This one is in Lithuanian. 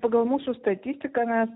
pagal mūsų statistiką mes